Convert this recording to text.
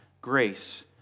grace